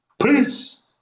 Peace